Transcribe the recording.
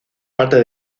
parte